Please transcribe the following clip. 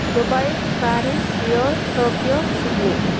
Dubai Paris Seoul Tokyo Sydney